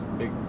big